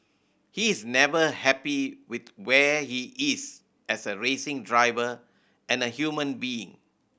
he is never happy with where he is as a racing driver and a human being